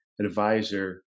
Advisor